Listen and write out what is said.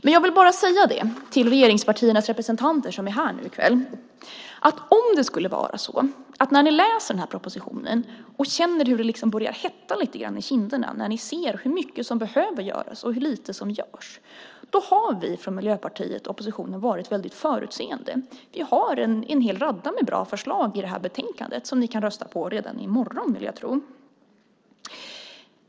Men jag vill bara säga det till regeringspartiernas representanter, som är här nu i kväll, att om det skulle vara så att ni, när ni läser den här propositionen, känner hur det liksom börjar hetta lite grann i kinderna när ni ser hur mycket som behöver göras och hur lite som görs, då ska ni veta att vi från Miljöpartiet och oppositionen har varit väldigt förutseende. Vi har en hel radda med bra förslag i det här betänkandet som ni kan rösta på redan i morgon, vill jag tro.